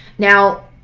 now,